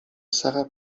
sara